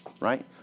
right